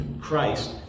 Christ